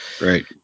Right